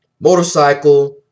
motorcycle